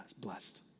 blessed